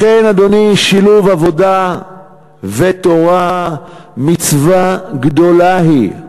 לכן, אדוני, שילוב עבודה ותורה מצווה גדולה הוא.